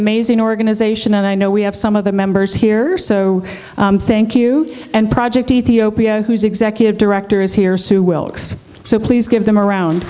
amazing organization and i know we have some of the members here so thank you and project ethiopia whose executive director is here sue wilcox so please give them around